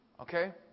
okay